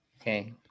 Okay